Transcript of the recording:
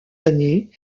années